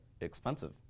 expensive